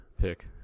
pick